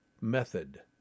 method